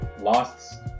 lost